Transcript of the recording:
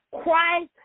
Christ